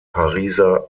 pariser